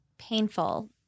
Painful